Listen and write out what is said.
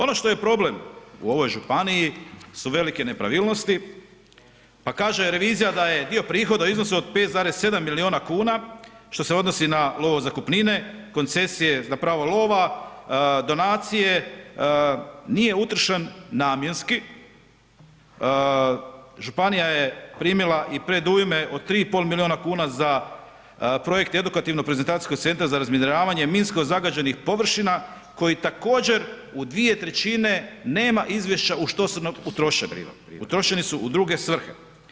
Ono što je problem u ovoj županiji su velike nepravilnosti, pa kaže revizija da je dio prihoda u iznosu od 5,7 milijuna kuna što se odnosi na lovo zakupnine, koncesije za pravo lova, donacije, nije utrošen namjenski, županija je primila i predujme od 3,5 milijuna kuna za projekt edukativno prezentacijskog centra za razminiravanje, minsko zagađenih površina koji također u 2/3 nema izvješća u što su … [[Govornik se ne razumije]] utrošeni, utrošeni su u druge svrhe.